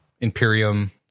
Imperium